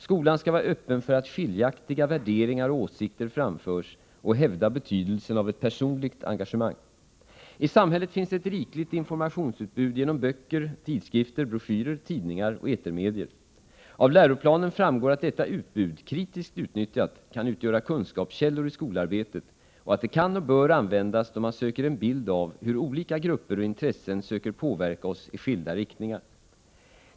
Skolan skall vara öppen för att skiljaktiga värderingar och åsikter framförs och hävda betydelsen av ett personligt engagemang. I samhället finns ett rikligt informationsutbud genom böcker, tidskrifter, broschyrer, tidningar och etermedier. Av läroplanen framgår att detta utbud, kritiskt utnyttjat, kan utgöra kunskapskällor i skolarbetet och att det kan och bör användas då man söker en bild av hur olika grupper och intressen söker påverka oss i skilda riktningar.